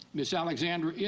ms. alexander, yeah